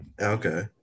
Okay